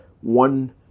One